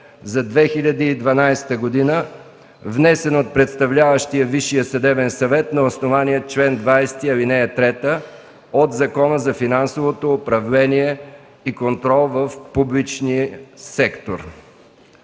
за 2012 г., внесен от представляващия Висшия съдебен съвет на основание чл. 20, ал. 3 от Закона за финансовото управление и контрол в публичния сектор.